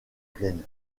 pleine